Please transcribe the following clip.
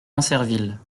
ancerville